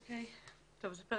פרק